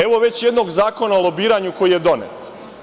Evo već jednog Zakona o lobiranju koji je donet.